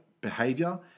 behavior